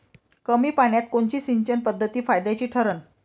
कमी पान्यात कोनची सिंचन पद्धत फायद्याची ठरन?